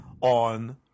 on